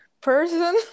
person